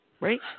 Right